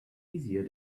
easier